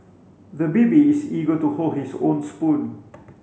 the baby is eager to hold his own spoon